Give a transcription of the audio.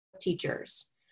teachers